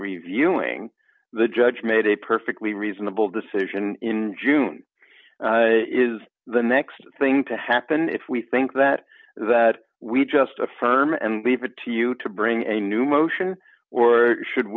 reviewing the judge made a perfectly reasonable decision in june is the next thing to happen if we think that that we just affirm and leave it to you to bring a new motion or should